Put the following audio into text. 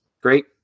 Great